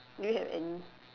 do you have any